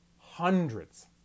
hundreds